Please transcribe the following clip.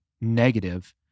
negative